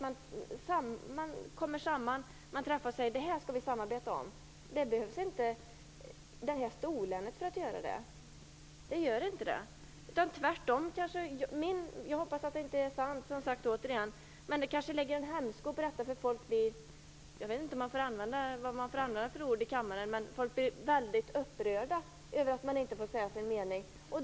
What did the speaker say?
Man kommer samman, träffas och säger: Det här skall vi samarbeta om. Det behövs inget storlän för att göra det. Tvärtom. Det lägger en hämsko på arbetet. Jag vet inte vilka ord man får använda i kammaren. Men människor blir väldigt upprörda över att de inte får säga sin mening.